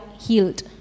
healed